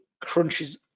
crunches